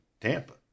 Tampa